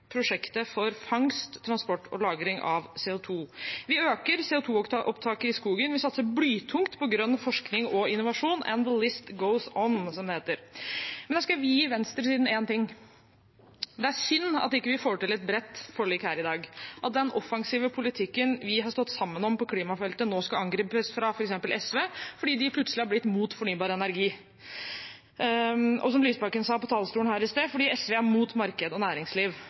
prosjektet for fangst, transport og lagring av CO 2 . Vi øker CO 2 -opptaket i skogen. Vi satser blytungt på grønn forskning og innovasjon – «and the list goes on», som det heter. Men jeg skal gi venstresiden én ting. Det er synd at vi ikke får til et bredt forlik her i dag – at den offensive politikken vi har stått sammen om på klimafeltet, nå skal angripes fra f.eks. SV, fordi de plutselig har blitt mot fornybar energi, og som Lysbakken sa på talerstolen her i sted, fordi SV er mot marked og næringsliv.